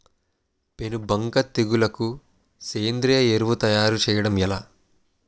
పేను బంక తెగులుకు సేంద్రీయ ఎరువు తయారు చేయడం ఎలా?